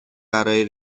برای